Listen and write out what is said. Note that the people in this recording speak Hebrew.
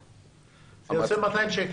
זה יוצא 200 שקל.